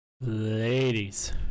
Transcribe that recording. ladies